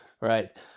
right